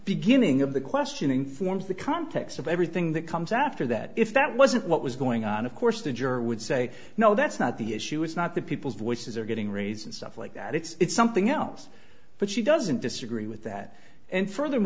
beginning of the questioning forms the context of everything that comes after that if that wasn't what was going on of course the juror would say no that's not the issue is not the people's voices are getting raised and stuff like that it's something else but she doesn't disagree with that and further